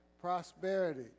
prosperity